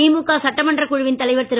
திமுக சட்டமன்ற குழுவின் தலைவர் திரு